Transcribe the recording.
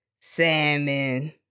salmon